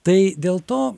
tai dėl to